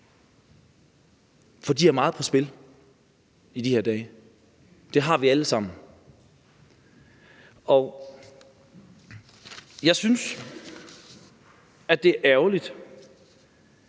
for de har meget på spil i de her dage. Det har vi alle sammen. Jeg synes, at det er ærgerligt,